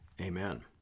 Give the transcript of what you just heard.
Amen